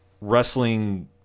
wrestling